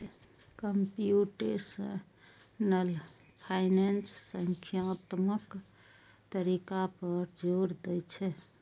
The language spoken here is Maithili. कंप्यूटेशनल फाइनेंस संख्यात्मक तरीका पर जोर दै छै